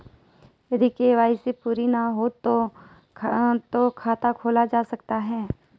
यदि के.वाई.सी पूरी ना हो तो खाता खुल सकता है?